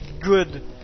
good